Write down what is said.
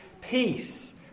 peace